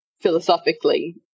philosophically